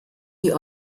die